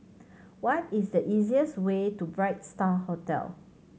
what is the easiest way to Bright Star Hotel